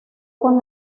con